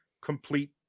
complete